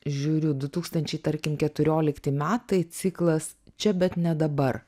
žiūriu du tūkstančiai tarkim keturiolikti metai ciklas čia bet ne dabar